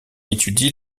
étudie